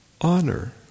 honor